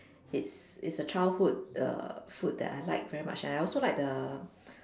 it's it's a childhood err food that I like very much and I also like the